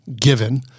given